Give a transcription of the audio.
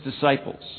disciples